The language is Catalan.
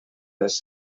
les